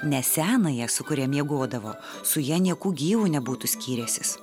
ne senąją su kuria miegodavo su ja nieku gyvu nebūtų skyręsis